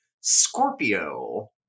scorpio